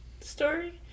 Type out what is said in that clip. story